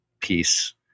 peace